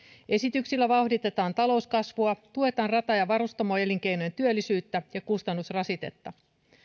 esityksillä vauhditetaan talouskasvua tuetaan rata ja varustamoelinkeinojen työllisyyttä ja kevennetään kustannusrasitetta